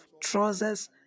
trousers